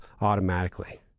automatically